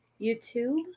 YouTube